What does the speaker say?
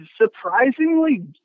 surprisingly